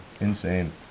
Insane